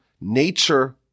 nature